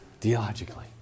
Theologically